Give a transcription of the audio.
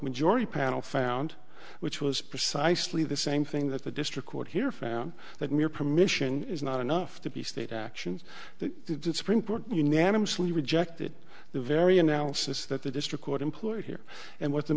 majority panel found which was precisely the same thing that the district court here found that mere permission is not enough to be state actions that supreme court unanimously rejected the very analysis that the district court employed here and what the